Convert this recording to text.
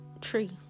Tree